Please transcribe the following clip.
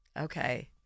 Okay